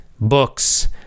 Books